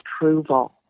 approval